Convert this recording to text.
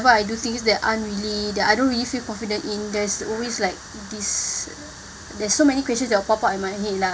~ever I do things that aren't really that I don't really feel confident in there's always like this there's so many questions that will pop up in my head lah